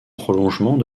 prolongement